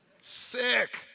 Sick